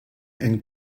and